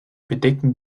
bedecken